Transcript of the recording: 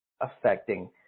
affecting